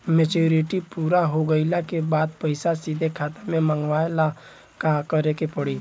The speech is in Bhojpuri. मेचूरिटि पूरा हो गइला के बाद पईसा सीधे खाता में मँगवाए ला का करे के पड़ी?